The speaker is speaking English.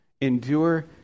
endure